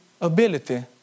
ability